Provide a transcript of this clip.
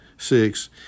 Six